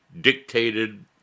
dictated